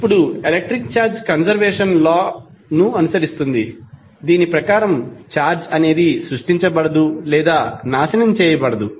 ఇప్పుడు electric charge conservation law ను అనుసరిస్తుంది దీని ప్రకారం ఛార్జ్ అనేది సృష్టించబడదు లేదా నాశనం చేయబడదు